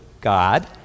God